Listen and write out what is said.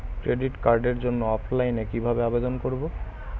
Credit কার্ডের জন্য অফলাইনে কিভাবে আবেদন করব?